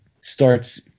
starts